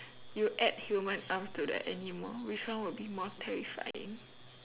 you add human arms to the animal which one would be more terrifying